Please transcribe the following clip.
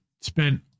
spent